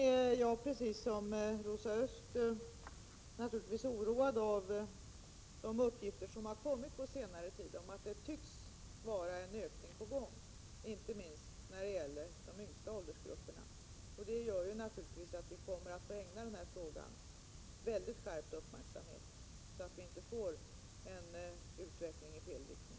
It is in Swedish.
Jag är, precis som Rosa Östh, naturligtvis oroad av de uppgifter som kommit på senare tid om att langningen tycks öka bland de yngsta åldersgrupperna. Det gör naturligtvis att vi kommer att ägna frågan skärpt uppmärksamhet, så att vi inte får en utveckling i fel riktning.